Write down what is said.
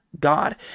god